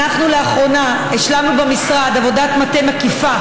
אנחנו לאחרונה השלמנו במשרד עבודת מטה מקיפה